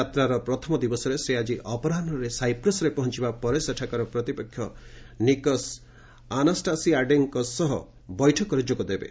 ଯାତ୍ୱାର ପ୍ରଥମ ଦିବସରେ ସେ ଆଜି ଅପରାହ୍ନରେ ସାଇପ୍ରସ୍ରେ ପହଞ୍ଚବା ପରେ ସେଠାକାର ପ୍ରତିପକ୍ଷ ନିକସ୍ ଆନାଷ୍ଟାସିଆତସ୍ଙ୍କ ବୈଠକରେ ଯୋଗଦେବେ